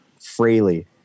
freely